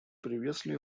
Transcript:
previously